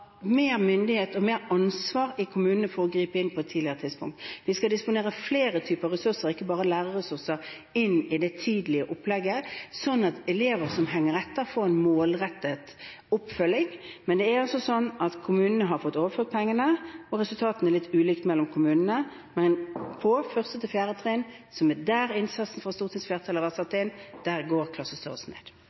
mer myndighet og mer ansvar i kommunene for å gripe inn på et tidligere tidspunkt. Vi skal disponere flere typer ressurser, ikke bare lærerressurser, inn i det tidlige opplegget, sånn at elever som henger etter, får en målrettet oppfølging. Men kommunene har fått overført pengene, og resultatene er litt ulike mellom kommunene. Men på 1.–4. trinn, som er der innsatsen fra stortingsflertallet har vært satt inn, går klassestørrelsen ned.